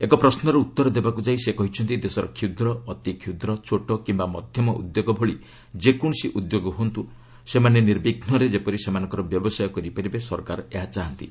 ଏକ ପ୍ରଶ୍ୱର ଉତ୍ତର ଦେବାକୁ ଯାଇ ସେ କହିଛନ୍ତି ଦେଶର କ୍ଷୁଦ୍ର ଅତିକ୍ଷୁଦ୍ର ଛୋଟ କିମ୍ବା ମଧ୍ୟମ ଉଦ୍ୟୋଗ ଭଳି ଯେକୌଣସି ଉଦ୍ୟୋଗ ହୁଅନ୍ତୁ ସେମାନେ ନିବିଘ୍ନରେ ଯେପରି ସେମାନଙ୍କର ବ୍ୟବସାୟ କରିପାରିବେ ସରକାର ଏହା ଚାହାନ୍ତି